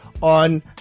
on